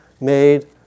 made